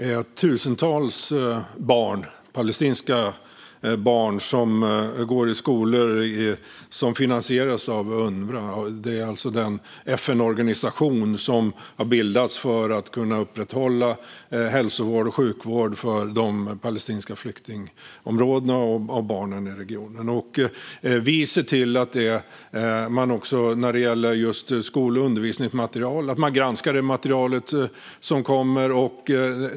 Fru talman! Tusentals palestinska barn går i skolor som finansieras av Unrwa, alltså den FN-organisation som har bildats för att kunna upprätthålla hälso och sjukvård för de palestinska flyktingområdena och för barnen i regionen. När det gäller skol och undervisningsmaterial ser vi till att man granskar det material som kommer.